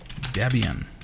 debian